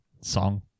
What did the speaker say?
song